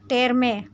તેર મે